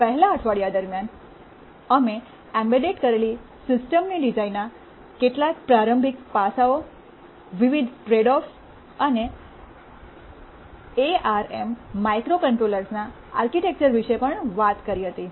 પહેલા અઠવાડિયા દરમિયાનઅમે એમ્બેડ કરેલી સિસ્ટમની ડિઝાઇનના કેટલાક પ્રારંભિક પાસાઓવિવિધ ટ્રેડઓફ્સ અને એઆરએમ માઇક્રોકન્ટ્રોલર્સના આર્કિટેક્ચર વિશે પણ વાત કરી હતી